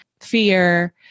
fear